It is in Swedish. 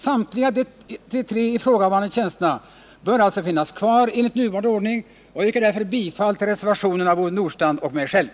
Samtliga de tre ifrågavarande tjänsterna bör alltså finnas kvar enligt nuvarande ordning, och jag yrkar därför bifall till reservationen av Ove Nordstrandh och mig själv.